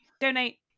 donate